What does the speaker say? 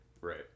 Right